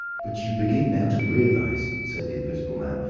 but you begin now to realise, said the invisible man,